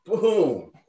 boom